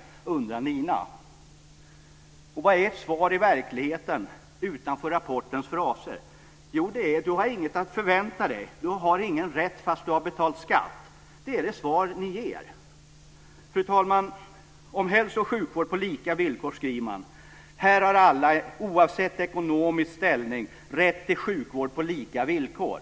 Detta undrar Nina. Vad är ert svar i verkligheten utanför rapportens fraser? Jo, det är att du inte har något att förvänta dig och du har ingen rätt fast du har betalat skatt. Det är det svar ni ger. Fru talman! Om en hälso och sjukvård på lika villkor skriver man följande: "Här har alla, oavsett ekonomisk ställning, rätt till sjukvård på lika villkor."